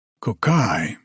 Kokai